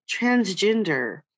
transgender